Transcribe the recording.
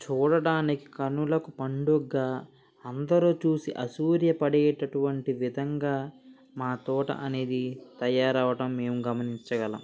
చూడటానికి కనులకు పండుగ్గా అందరూ చూసి అసూయ పడేటటువంటి విధంగా మా తోట అనేది తయారు అవ్వడం మేము గమనించగలం